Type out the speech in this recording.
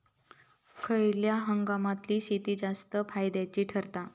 खयल्या हंगामातली शेती जास्त फायद्याची ठरता?